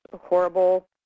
horrible